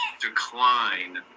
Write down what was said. decline